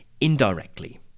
indirectly